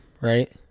right